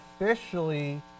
officially